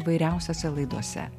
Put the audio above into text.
įvairiausiose laidose